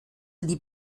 die